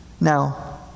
Now